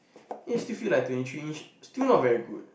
then you still feel like twenty three inch still not very good